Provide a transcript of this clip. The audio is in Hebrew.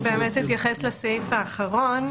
אני באמת אתייחס לסעיף האחרון,